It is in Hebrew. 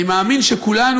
אני מאמין שכולנו,